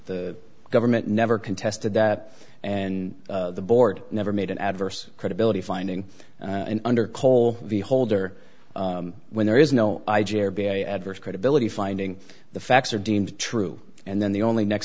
the government never contested that and the board never made an adverse credibility finding and under kohl v holder when there is no adverse credibility finding the facts are deemed true and then the only next